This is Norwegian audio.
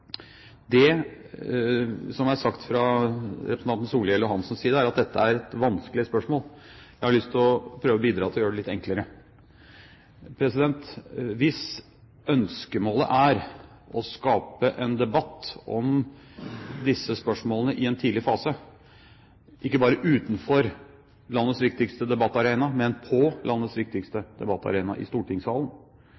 Det som er sagt fra representantene Solhjell og Svein Roald Hansens side, er at dette er et vanskelig spørsmål. Jeg har lyst til å prøve å bidra til å gjøre det litt enklere. Hvis ønskemålet er å skape en debatt om disse spørsmålene i en tidlig fase, ikke bare utenfor landets viktigste debattarena, men på landets viktigste